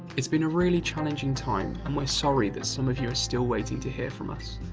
it's been a really challenging time and we're sorry that some of you are still waiting to hear from us.